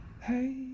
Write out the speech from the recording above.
Hey